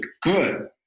good